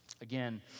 Again